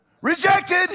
Rejected